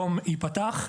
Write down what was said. האדום והסגול,